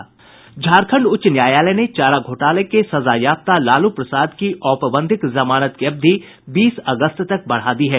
झारखंड उच्च न्यायालय ने चारा घोटाला के सजायाफ्ता लालू प्रसाद की औपबंधिक जमानत की अवधि बीस अगस्त तक बढ़ा दी है